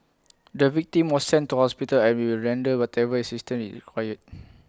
the victim was sent to hospital and we will render whatever assistance is required